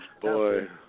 boy